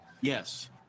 yes